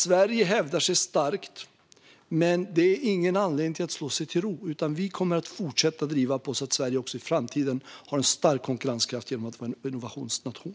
Sverige hävdar sig starkt, men det är ingen anledning att slå sig till ro. Vi kommer i stället att fortsätta att driva på för att Sverige även i framtiden ska ha en stark konkurrenskraft genom att vara en innovationsnation.